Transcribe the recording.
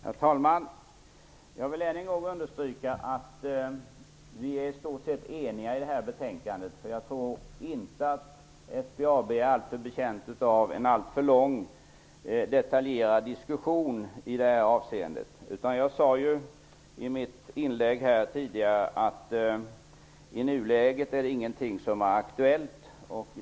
Herr talman! Jag vill än en gång understryka att vi i det här betänkandet är i stort sett eniga. Jag tror inte att SBAB är betjänt av en alltför lång och detaljerad diskussion om en eventuell privatisering. Som jag sade i mitt tidigare inlägg är det ingenting som är aktuellt i nuläget.